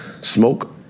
smoke